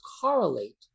correlate